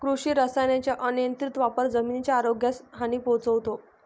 कृषी रसायनांचा अनियंत्रित वापर जमिनीच्या आरोग्यास हानी पोहोचवतो